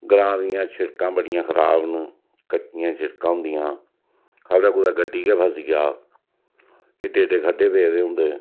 ग्रांऽ दियां शिड़कां बड़ियां खराब न कच्चियां शिड़कां होंदियां खबरै कुतै गड्डी गै फसी जा एड्डे एड्डे खड्डे पेदे होंदे